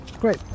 Great